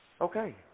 okay